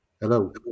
hello